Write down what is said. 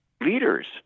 leaders